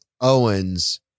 Owens